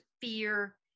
fear